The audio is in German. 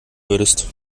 würdest